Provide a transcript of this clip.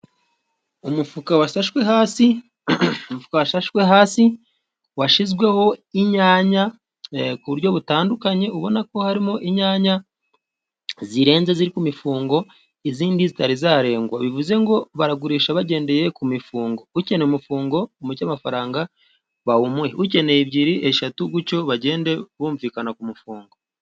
Umufuka washashwe hasi, umufuka washashwe hasi washyizweho inyanya ku buryo butandukanye ubonako harimo inyanya zirenze ziri ku mifungo, izindi zitari zarengwa bivuze ngo baragurisha bagendeye ku mifungo, ukeneye umufungo bamuce amafaranga bawumuhe, ukeneye ebyiri ,eshatu, gutyo bagende bumvikana k'umufungo.